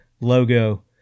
logo